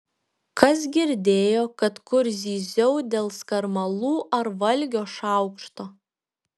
kas girdėjo kad kur zyziau dėl skarmalų ar valgio šaukšto